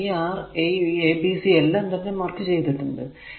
ഇവിടെ ഈ abc എല്ലാം തന്നെ മാർക്ക് ചെയ്തിട്ടുണ്ട്